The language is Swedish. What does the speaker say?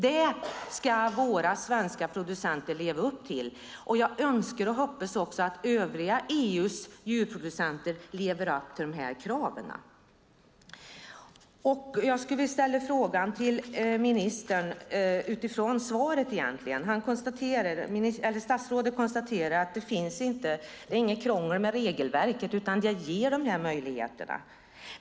Detta ska våra svenska producenter leva upp till. Jag önskar och hoppas att också övriga EU:s djurproducenter lever upp till dessa krav. Jag vill ställa en fråga till statsrådet utifrån svaret. Han konstaterar att det inte är något krångel med regelverket utan att det ger dessa möjligheter.